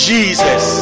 Jesus